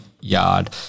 yard